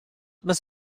must